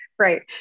right